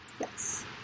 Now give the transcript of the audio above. Yes